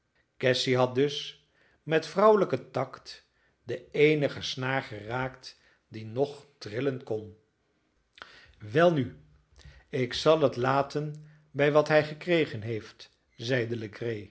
cassy had dus met vrouwelijken tact de eenige snaar geraakt die nog trillen kon welnu ik zal het laten bij wat hij gekregen heeft zeide